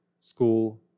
school